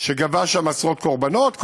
שגבה שם עשרות קורבנות?